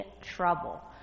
trouble